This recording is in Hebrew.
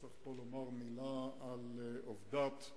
צריך לומר פה מלה על עבדת,